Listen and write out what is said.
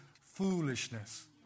foolishness